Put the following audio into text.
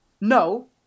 No